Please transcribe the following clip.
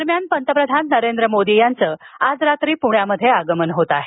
दरम्यानपंतप्रधान नरेंद्र मोदी यांचं आज रात्री प्ण्यात आगमन होत आहे